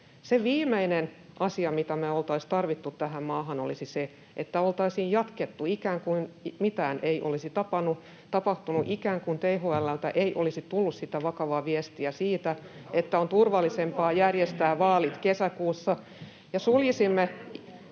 viimeinen asia, mitä me oltaisiin tarvittu tähän maahan, olisi se, että oltaisiin jatkettu ikään kuin mitään ei olisi tapahtunut, ikään kuin THL:ltä ei olisi tullut sitä vakavaa viestiä siitä, [Juha Mäenpään välihuuto] että on turvallisempaa järjestää vaalit kesäkuussa,